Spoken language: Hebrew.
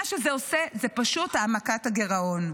מה שזה עושה זה פשוט העמקת הגירעון.